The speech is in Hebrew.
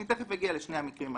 אני תיכף אגיע לשני המקרים הללו.